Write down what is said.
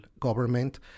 government